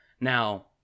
Now